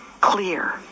clear